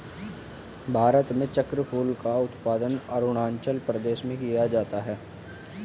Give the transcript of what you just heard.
भारत में चक्रफूल का उत्पादन अरूणाचल प्रदेश में किया जाता है